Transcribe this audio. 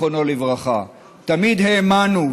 זיכרונו לברכה: "תמיד האמנו,